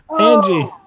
Angie